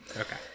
Okay